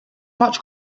much